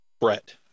Brett